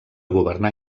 governar